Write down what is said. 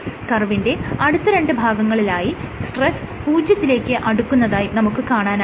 കർവിന്റെ അടുത്ത രണ്ട് ഭാഗങ്ങളിലായി സ്ട്രെസ് പൂജ്യത്തിലേക്ക് അടുക്കുന്നതായി നമുക്ക് കാണാനാകും